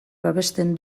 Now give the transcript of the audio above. babesten